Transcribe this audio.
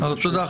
תודה,